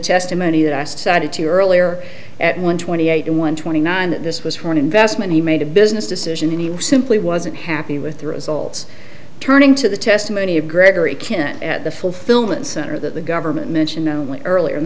testimony that said to you earlier at one twenty eight in one twenty nine that this was for an investment he made a business decision he simply wasn't happy with the results turning to the testimony of gregory kin at the fulfillment center that the government mention only earlier and